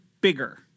bigger